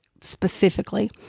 specifically